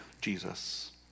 Jesus